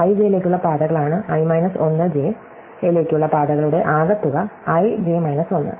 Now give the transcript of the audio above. i j ലേക്കുള്ള പാതകളാണ് i minus 1 j ലേക്കുള്ള പാതകളുടെ ആകെത്തുക i j മൈനസ് 1